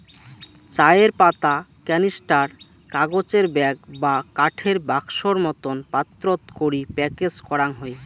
চায়ের পাতা ক্যানিস্টার, কাগজের ব্যাগ বা কাঠের বাক্সোর মতন পাত্রত করি প্যাকেজ করাং হই